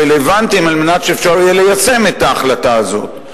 הרלוונטיים על מנת שיהיה אפשר ליישם את ההחלטה הזאת.